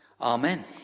Amen